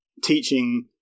Teaching